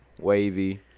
wavy